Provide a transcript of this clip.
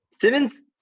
Simmons